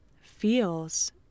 feels